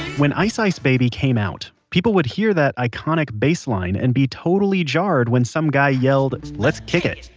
when ice ice baby came out, people would hear that iconic bass line and be totally jarred when some guy yelled let's kick it!